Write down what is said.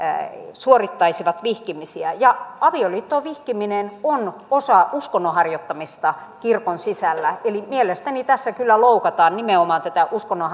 suorittaisivat vihkimisiä avioliittoon vihkiminen on osa uskonnon harjoittamista kirkon sisällä eli mielestäni tässä kyllä loukataan nimenomaan tätä uskonnon